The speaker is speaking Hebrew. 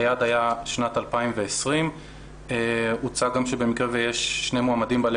היעד היה שנת 2020. הוצע גם שבמקרה ויש שני מועמדים בעלי